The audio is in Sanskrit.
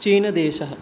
चीनदेशः